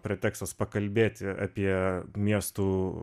pretekstas pakalbėti apie miestų